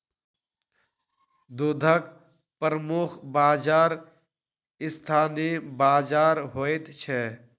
दूधक प्रमुख बाजार स्थानीय बाजार होइत छै